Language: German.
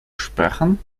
sprechen